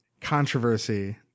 controversy